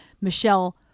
Michelle